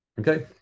Okay